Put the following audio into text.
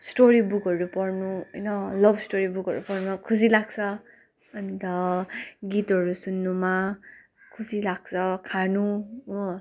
story बुकहरू पढ्नु होइन लभ स्टोरी बुकहरू पढ्नु खुसी लाग्छ अन्त गीतहरू सुन्नुमा खुसी लाग्छ खानु हो